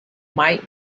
might